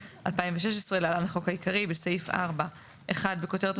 הסעיף הזה מטרתו להרחיב את החובה של כל עוסק,